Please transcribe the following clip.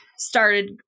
started